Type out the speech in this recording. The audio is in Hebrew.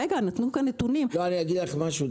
נתנו פה נתונים --- אגיד לך משהו.